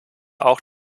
auch